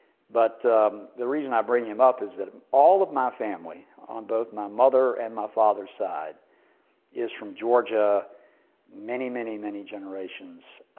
but the reason i bring him up is that all of my family on both my mother and my father's side is from georgia many, many, many generations